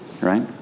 Right